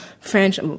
French